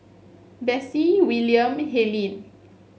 Besse Wiliam Helyn